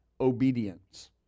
obedience